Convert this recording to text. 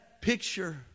picture